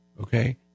Okay